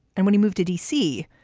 and when he moved to d c,